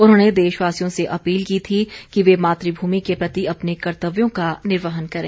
उन्होंने देशवासियों से अपील की थी कि वे मातृभूमि के प्रति अपने कर्तव्यों का निर्वहन करें